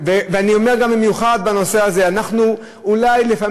אני אומר במיוחד בנושא הזה: אנחנו לפעמים